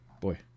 Boy